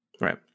right